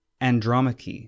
Andromache